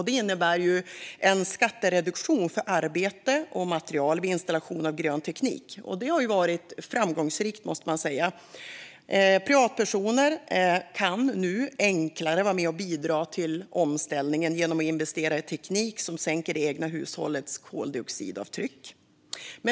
Det innebär en skattereduktion för arbete och material vid installation av grön teknik, och det måste sägas ha varit framgångsrikt. Privatpersoner kan nu enklare vara med och bidra till omställningen genom att investera i teknik som sänker det egna hushållets koldioxidavtryck.